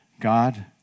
God